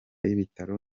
y’ibitaro